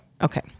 okay